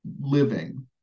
living